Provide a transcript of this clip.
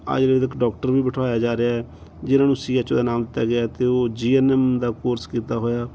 Ayurvedic doctor ਵੀ ਬਿਠਾਇਆ ਜਾ ਰਿਹਾ ਜਿਨਾਂ ਨੂੰ ਸੀ ਐਚ ਓ ਦਾ ਨਾਮ ਦਿੱਤਾ ਗਿਆ ਅਤੇ ਉਹ ਜੀ ਐਨ ਐਮ ਦਾ ਕੋਰਸ ਕੀਤਾ ਹੋਇਆ